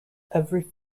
every